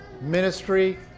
Ministry